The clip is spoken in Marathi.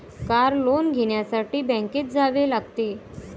कार लोन घेण्यासाठी बँकेत जावे लागते